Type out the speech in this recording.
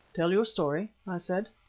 tell your story, i said.